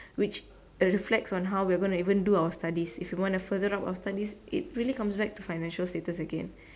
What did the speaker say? which reflects on how we're gonna even do our studies if we want to further up our studies it really comes back to financial status again